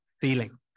feeling